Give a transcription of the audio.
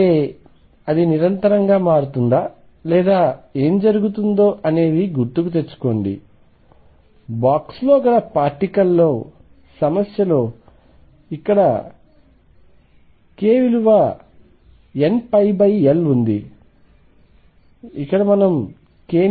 అంటే అది నిరంతరంగా మారుతుందా లేదా ఏమి జరుగుతుందో అనేది గుర్తుకు తెచ్చుకోండి బాక్స్ లో గల పార్టికల్ సమస్యలో ఇక్కడ k విలువ nπL ఉంది ఇక్కడ మనం k ని ఎలా పరిష్కరించాలి